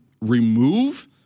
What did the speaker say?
remove